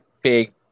big